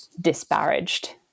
disparaged